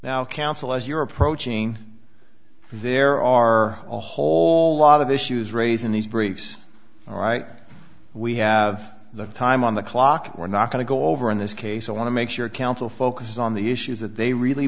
now counsel as you're approaching there are a whole lot of issues raised in these briefs all right we have the time on the clock we're not going to go over in this case i want to make sure counsel focus on the issues that they really